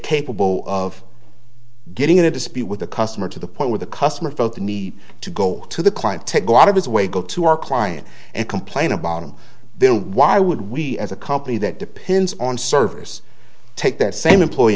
capable of getting in a dispute with the customer to the point where the customer felt the need to go to the client to go out of his way go to our client and complain about him there why would we as a company that depends on service take their same employee